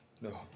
no